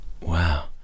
Wow